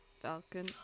Falcon